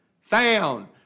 found